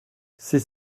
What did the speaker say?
c’est